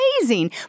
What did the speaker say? amazing